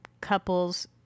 couples